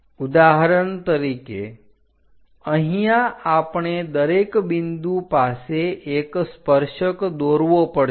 ઉદાહરણ તરીકે અહીંયા આપણે દરેક બિંદુ પાસે એક સ્પર્શક દોરવો પડશે